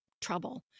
trouble